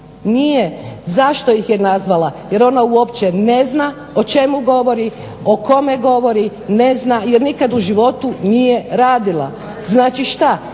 nije. Zašto ih je nazvala? Jer ona uopće ne zna o čemu govori, o kome govori. Ne zna jer nikad u životu nije radila. Znači što?